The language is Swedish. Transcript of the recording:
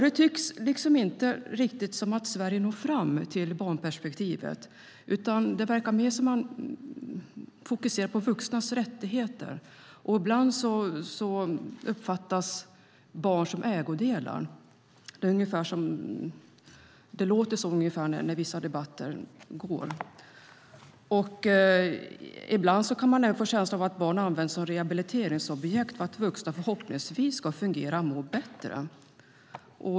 Det tycks liksom inte riktigt som att Sverige når fram till barnperspektivet, utan det verkar mer som att man fokuserar på vuxnas rättigheter. Ibland uppfattas barn som ägodelar. Det låter ungefär så i vissa debatter. Ibland kan man även få känslan av att barn används som rehabiliteringsobjekt för att vuxna förhoppningsvis ska fungera och må bättre.